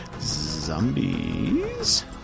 zombies